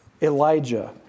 Elijah